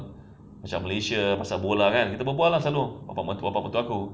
pasal malaysia pasal bola kan kita bebual lah selalu bapak bapak mertua aku